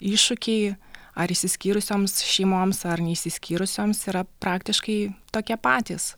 iššūkiai ar išsiskyrusioms šeimoms ar neišsiskyrusioms yra praktiškai tokie patys